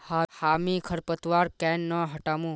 हामी खरपतवार केन न हटामु